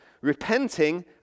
repenting